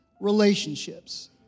relationships